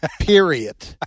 period